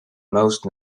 most